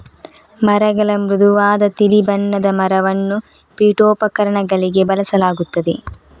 ಮರಗಳ ಮೃದುವಾದ ತಿಳಿ ಬಣ್ಣದ ಮರವನ್ನು ಪೀಠೋಪಕರಣಗಳಿಗೆ ಬಳಸಲಾಗುತ್ತದೆ